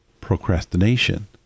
procrastination